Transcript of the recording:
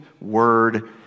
word